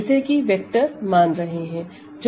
जिसे कि वेक्टर मान रहे हैं